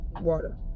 water